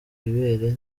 ibere